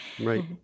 Right